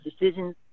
decisions